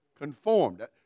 Conformed